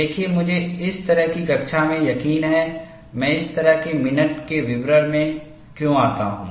देखिए मुझे इस तरह की कक्षा में यकीन है मैं इस तरह के मिनट के विवरण में क्यों आता हूं